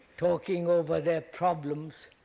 talking over their problems,